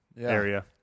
area